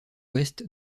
ouest